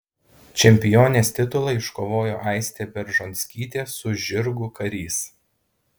čempionės titulą iškovojo aistė beržonskytė su žirgu karys